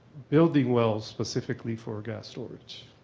building wells specifically for gas storage?